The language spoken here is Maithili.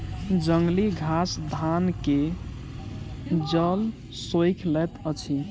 जंगली घास धान के जल सोइख लैत अछि